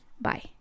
bye